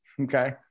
Okay